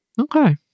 Okay